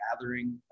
gathering